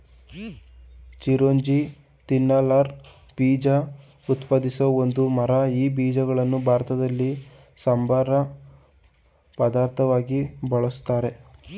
ಚಿರೋಂಜಿ ತಿನ್ನಲರ್ಹ ಬೀಜ ಉತ್ಪಾದಿಸೋ ಒಂದು ಮರ ಈ ಬೀಜಗಳನ್ನು ಭಾರತದಲ್ಲಿ ಸಂಬಾರ ಪದಾರ್ಥವಾಗಿ ಬಳುಸ್ತಾರೆ